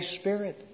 Spirit